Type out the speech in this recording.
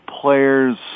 players